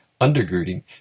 undergirding